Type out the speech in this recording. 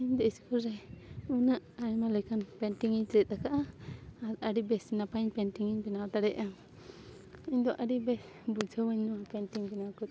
ᱤᱧ ᱫᱚ ᱥᱠᱩᱞ ᱨᱮ ᱩᱱᱟᱹᱜ ᱟᱭᱢᱟ ᱞᱮᱠᱟᱱ ᱯᱮᱱᱴᱤᱝ ᱤᱧ ᱪᱮᱫ ᱟᱠᱟᱜᱼᱟ ᱟᱨ ᱟᱹᱰᱤ ᱵᱮᱥ ᱱᱟᱯᱟᱭᱤᱧ ᱯᱮᱱᱴᱤᱝ ᱤᱧ ᱵᱮᱱᱟᱣ ᱫᱟᱲᱮᱭᱟᱜᱼᱟ ᱤᱧ ᱫᱚ ᱟᱹᱰᱤ ᱵᱮᱥ ᱵᱩᱡᱷᱟᱹᱣᱟᱹᱧ ᱱᱚᱣᱟ ᱯᱮᱱᱴᱤᱝ ᱵᱮᱱᱟᱣ ᱠᱚᱫᱚ